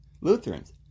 Lutherans